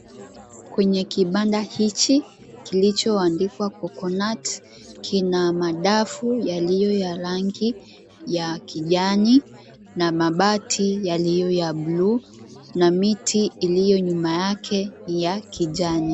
Kwenye kibanda hiki kilichoandikwa Coconut kina madafu yaliyo ya rangi ya kijani na mabati yaliyo ya bluu na miti iliyo nyuma yake ya kijani.